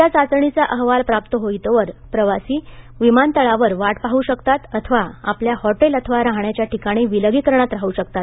या चाचणीचा अहवाल प्राप्त होईतोवर प्रवाशी विमानतळावर वाट पाहू शकतात अथवा आपल्या हॉटेल अथवा राहण्याच्या ठिकाणी विलगीकरणांत राहू शकतात